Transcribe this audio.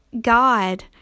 God